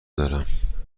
دارم